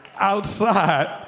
outside